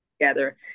together